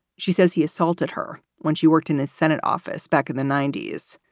she says he assaulted her when she worked in the senate office back in the ninety s.